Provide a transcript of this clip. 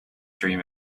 dream